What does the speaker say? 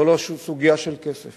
זאת לא סוגיה של כסף